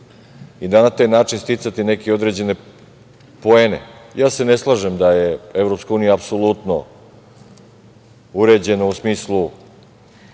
i na taj način sticati neke određene poene. Ne slažem se da je EU apsolutno uređena u smislu